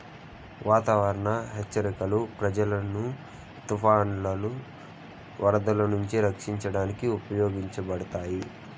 వాతావరణ హెచ్చరికలు ప్రజలను తుఫానులు, వరదలు నుంచి రక్షించడానికి ఉపయోగించబడతాయి